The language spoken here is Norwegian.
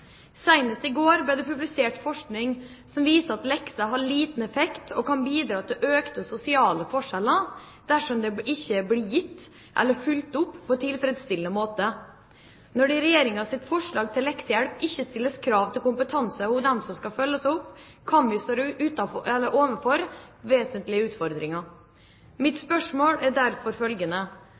i går ble det publisert forskning som viser at lekser har liten effekt og kan bidra til økte sosiale forskjeller dersom de ikke blir gitt eller fulgt opp på en tilfredsstillende måte. Når det i Regjeringens forslag til leksehjelp ikke stilles krav til kompetanse for dem som skal følge opp, kan vi stå overfor vesentlige utfordringer. Mitt spørsmål er derfor følgende: